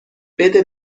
بده